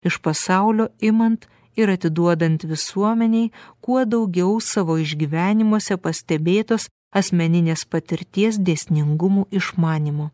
iš pasaulio imant ir atiduodant visuomenei kuo daugiau savo išgyvenimuose pastebėtos asmeninės patirties dėsningumų išmanymo